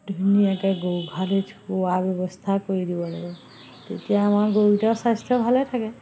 ধুনীয়াকে গৰু গোহালিত থোৱাৰ ব্যৱস্থা কৰি দিব লাগে তেতিয়া আমাৰ গৰুকেইটাৰ স্বাস্থ্য ভালে থাকে